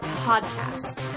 podcast